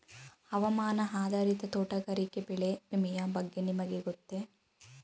ಹವಾಮಾನ ಆಧಾರಿತ ತೋಟಗಾರಿಕೆ ಬೆಳೆ ವಿಮೆಯ ಬಗ್ಗೆ ನಿಮಗೆ ಗೊತ್ತೇ?